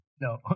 No